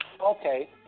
Okay